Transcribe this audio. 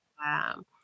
wow